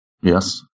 Yes